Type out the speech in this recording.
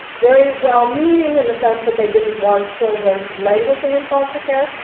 very well-meaning, in the sense that they didn't want children languishing in foster care,